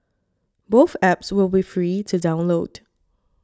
both apps will be free to download